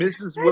Mrs